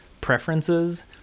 preferences